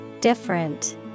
Different